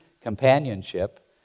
companionship